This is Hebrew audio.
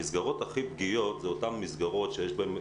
המסגרות הכי פגיעות זה אותן מסגרות שיש בהן